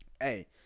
hey